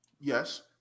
Yes